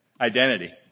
Identity